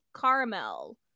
caramel